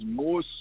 more